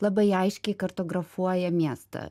labai aiškiai kartografuoja miestą